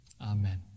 Amen